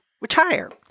retire